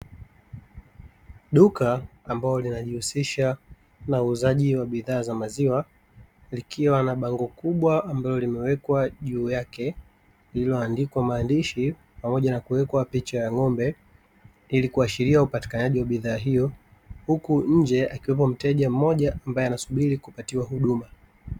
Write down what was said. Duka ambalo linajihusisha na uuzaji wa bidhaa za maziwa likiwa na bango kubwa ambalo limewekwa juu yake lililoandikwa maandishi pamoja na kuwekwa picha ya n'gombe, ili kuashiria upatikanaji wa bidhaa hiyo huku nje akiwepo mteja mmoja ambaye anasubiri kupatiwa huduma.